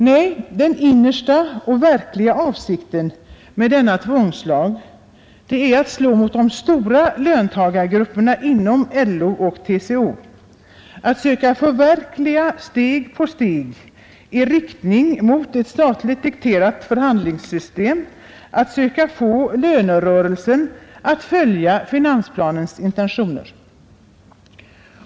Nej, den innersta och verkliga avsikten med denna tvångslag är att slå mot de stora löntagargrupperna inom LO och TCO, att söka förverkliga steg för steg ett statligt dikterat förhandlingssystem och att söka få lönerörelsen att följa finansplanens intentioner.